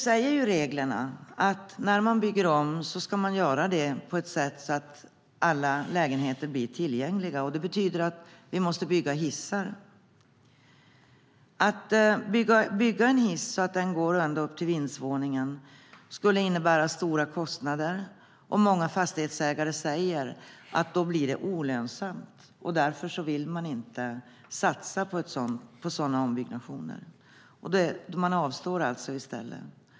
Reglerna säger att när man bygger om ska man göra det på sådant sätt att alla lägenheter blir tillgängliga. Det betyder att man måste bygga hissar. Att bygga en hiss så att den går ända upp till vindsvåningen innebär stora kostnader. Många fastighetsägare säger att det blir olönsamt, och därför vill man inte satsa på sådana ombyggnationer.